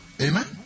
Amen